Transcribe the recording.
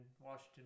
Washington